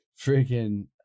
freaking